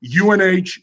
UNH